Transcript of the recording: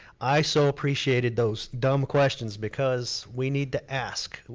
i so appreciated those dumb questions because, we need to ask,